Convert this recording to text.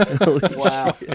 wow